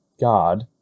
God